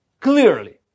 clearly